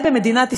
אתם יודעים מה,